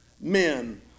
men